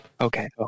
Okay